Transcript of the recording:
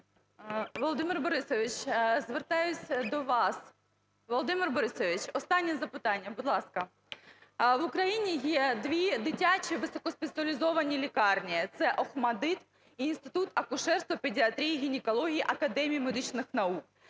Володимир Борисович, звертаюсь до вас. Володимир Борисович, останнє запитання, будь ласка. В Україні є дві дитячі високоспеціалізовані лікарні - це ОХМАТДИТ і Інститут акушерства, педіатрії, гінекології Академії медичних наук.